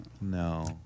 No